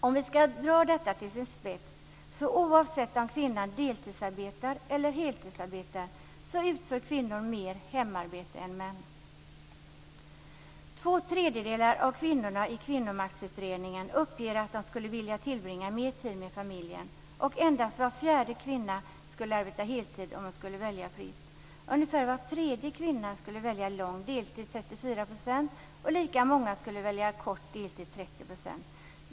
Om vi ska dra detta till sin spets utför kvinnor mer hemarbete än män oavsett om kvinnan deltidsarbetar eller heltidsarbetar. Två tredjedelar av kvinnorna i Kvinnomaktutredningen uppger att de skulle vilja tillbringa mer tid med familjen. Endast var fjärde kvinna skulle arbete heltid om hon kunde välja fritt. Ungefär var tredje kvinna skulle välja lång deltid, 34 %, och lika många skulle välja kort deltid, 30 %.